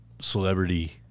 celebrity